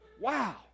Wow